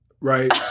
right